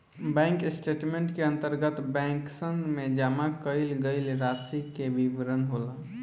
bank statement के अंतर्गत बैंकसन में जमा कईल गईल रासि के विवरण होला